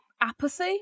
Apathy